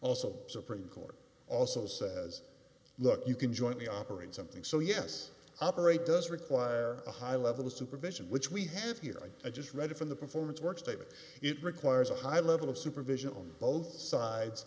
also supreme court also says look you can join the operate something so yes operate does require a high level of supervision which we have here i just read from the performance works that it requires a high level of supervision on both sides